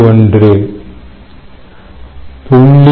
1 0